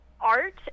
art